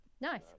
Nice